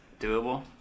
doable